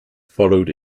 followed